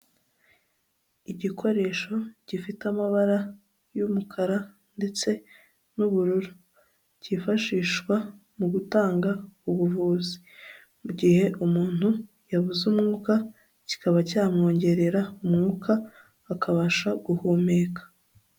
Igikoresho gifite amabara y'umukara ndetse n'ubururu, cyifashishwa mu gutanga ubuvuzi mu gihe umuntu yabuze umwuka, kikaba cyamwongerera umwuka akabasha guhumeka.